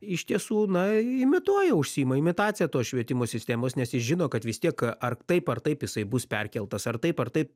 iš tiesų na imituoja užsiima imitacija tos švietimo sistemos nes jis žino kad vis tiek ar taip ar taip jisai bus perkeltas ar taip ar taip